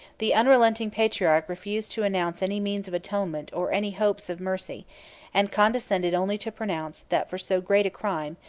the unrelenting patriarch refused to announce any means of atonement or any hopes of mercy and condescended only to pronounce, that for so great a crime,